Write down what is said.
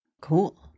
Cool